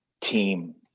team